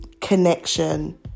Connection